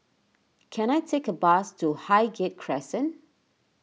can I take a bus to Highgate Crescent